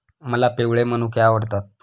मला पिवळे मनुके आवडतात